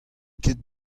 ket